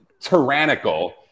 tyrannical